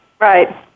Right